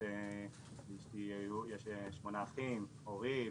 לאשתי יש שמונה אחים, הורים,